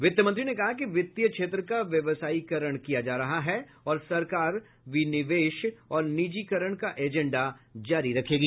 वित्त मंत्री ने कहा कि वित्तीय क्षेत्र का व्यवसायीकरण किया जा रहा है और सरकार विनिवेश और निजीकरण का एजेंडा जारी रखेगी